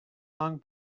long